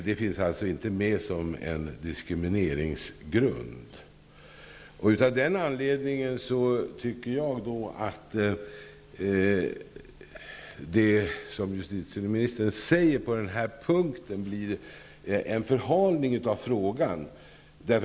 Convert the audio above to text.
Det finns inte med som diskrimineringsgrund. Av den anledningen tycker jag att det justitieministern säger på den punkten blir en förhalning av frågan.